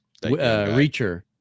Reacher